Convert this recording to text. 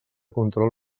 control